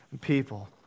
people